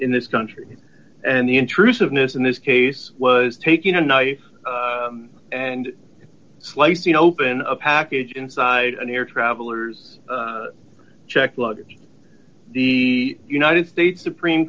in this country and the intrusiveness in this case was taking a knife and slicing open a package inside an air travelers checked luggage the united states supreme